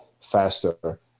faster